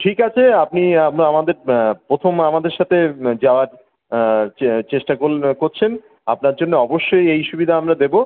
ঠিক আছে আপনি আমাদের প্রথম আমাদের সাথে যাওয়ার চে চেষ্টা কল করছেন আপনার জন্য অবশ্যই এই সুবিধা আমরা দেবো